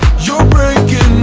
you're breaking